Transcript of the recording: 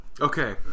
Okay